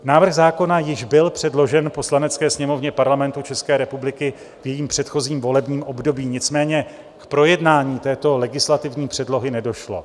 Návrh zákona již byl předložen Poslanecké sněmovně Parlamentu České republiky v jejím předchozím volebním období, nicméně k projednání této legislativní předlohy nedošlo.